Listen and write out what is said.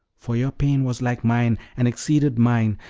for your pain was like mine, and exceeded mine,